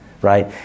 right